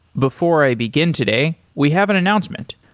before i begin today, we have an announcement.